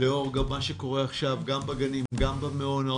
גם לאור מה שקורה עכשיו גם בגנים, גם במעונות.